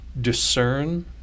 discern